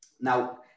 Now